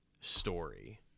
story